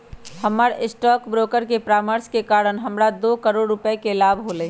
हमर stock broker के परामर्श के कारण हमरा दो करोड़ के लाभ होलय